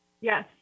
Yes